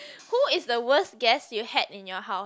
who is the worst guest you had in your house